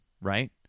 Right